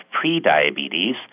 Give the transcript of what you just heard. pre-diabetes